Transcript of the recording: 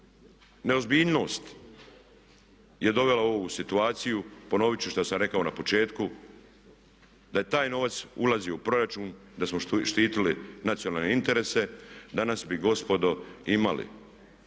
Neozbiljnost je dovela u ovu situaciju. Ponoviti ću što sam rekao na početku, da je taj novac ulazio u proračun, da smo štitili nacionalne interese danas bi gospodo imali.